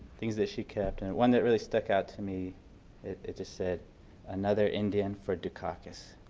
things that she kept, and one that really stuck out to me, it just said another indian for decacus.